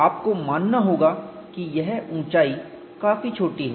आपको मानना होगा कि यह ऊंचाई काफी छोटी है